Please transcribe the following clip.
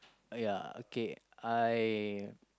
uh yeah okay I